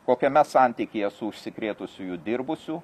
kokiame santykyje su užsikrėtusiųjų dirbusių